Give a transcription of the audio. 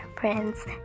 friends